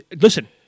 Listen